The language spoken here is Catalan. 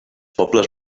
pobles